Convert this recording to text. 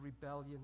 rebellion